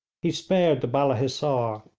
he spared the balla hissar,